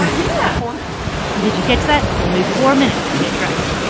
um yeah four minutes did you catch that? only four minutes to get dressed.